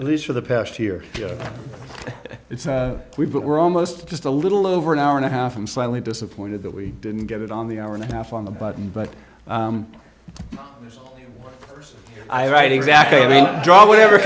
at least for the past year we've got we're almost just a little over an hour and a half and slightly disappointed that we didn't get it on the hour and a half on the button but i write exactly i mean draw whatever